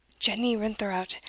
jenny rintherout,